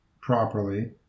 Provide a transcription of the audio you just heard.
properly